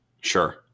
Sure